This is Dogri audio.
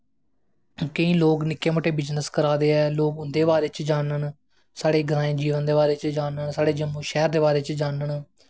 केईं लोग निक्के मुट्टे बिज़नस करा दे ऐं लोग उं'दे बारे च जानन साढ़े ग्राईं जीवन दे बारे च जानन साढ़े ग्राईं जीवन दे बारे च जानन